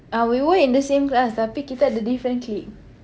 uh we were in the same class tapi kita ada different clique